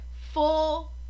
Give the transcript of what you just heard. full